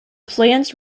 plans